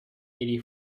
eighty